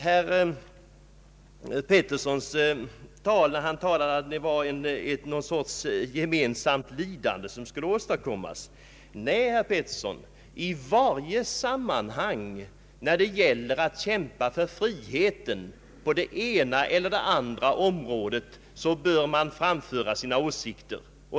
Herr Pettersson talar om någon sorts gemensamt lidande. Nej, herr Pettersson, i varje sammanhang när det gäller att kämpa för friheten på det ena eller andra området bör man framföra sina åsikter.